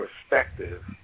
perspective